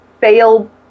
fail